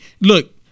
Look